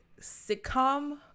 sitcom